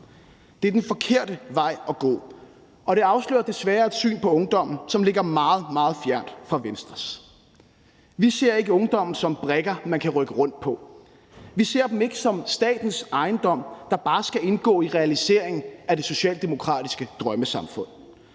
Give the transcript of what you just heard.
Det er den forkerte vej at gå. Og det afslører desværre et syn på ungdommen, som ligger meget, meget fjernt fra Venstres. Vi ser ikke ungdommen som brikker, man kan rykke rundt på. Vi ser ikke ungdommen som statens ejendom, der bare skal indgå i realisering af det socialdemokratiske drømmesamfund